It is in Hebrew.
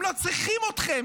הם לא צריכים אתכם,